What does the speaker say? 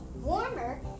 warmer